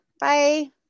Bye